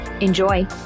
Enjoy